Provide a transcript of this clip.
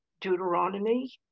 Deuteronomy